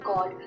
God